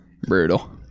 Brutal